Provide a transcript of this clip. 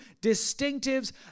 distinctives